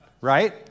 right